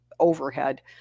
overhead